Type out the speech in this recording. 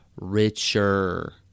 richer